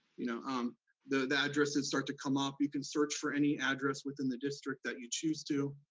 you know um the the addresses start to come up. you can search for any address within the district that you choose to,